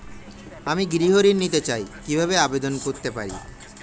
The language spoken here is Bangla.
আমি গৃহ ঋণ নিতে চাই কিভাবে আবেদন করতে পারি?